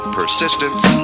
persistence